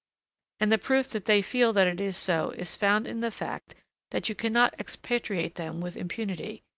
and the proof that they feel that it is so is found in the fact that you cannot expatriate them with impunity,